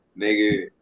nigga